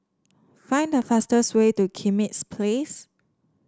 find the fastest way to Kismis Place